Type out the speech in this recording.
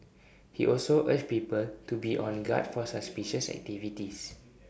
he also urged people to be on guard for suspicious activities